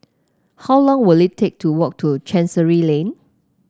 how long will it take to walk to Chancery Lane